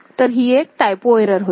तर ही एक टायपो एरर होती